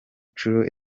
nshuro